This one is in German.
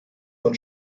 von